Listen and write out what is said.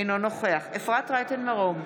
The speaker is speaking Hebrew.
אינו נוכח אפרת רייטן מרום,